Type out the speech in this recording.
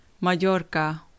Mallorca